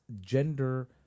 gender